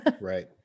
right